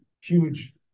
huge